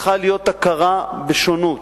צריכה להיות הכרה בשונות,